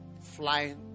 flying